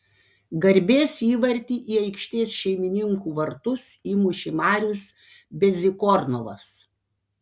garbės įvartį į aikštės šeimininkų vartus įmušė marius bezykornovas